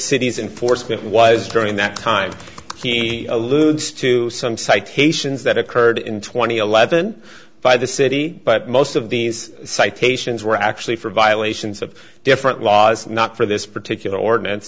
city's enforcement was during that time he alludes to some citations that occurred in two thousand and eleven by the city but most of these citations were actually for violations of different laws not for this particular ordinance